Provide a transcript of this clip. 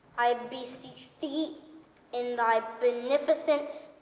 i beseech thee in thy beneficent